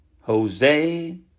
Jose